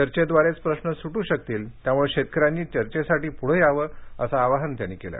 चर्चेद्वारेच प्रश्न सुटू शकतील त्यामुळे शेतकऱ्यांनी चर्चेसाठी पुढे यावं असं आवाहन त्यांनी केलं